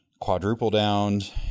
quadruple-downed